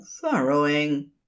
furrowing